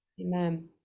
Amen